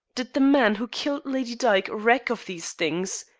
did the man who killed lady dyke reck of these things?